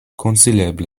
konsileble